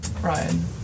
Ryan